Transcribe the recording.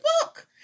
book